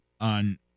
on